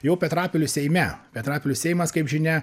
jau petrapilio seime petrapilio seimas kaip žinia